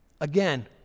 Again